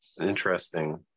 Interesting